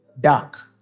dark